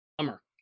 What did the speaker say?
Summer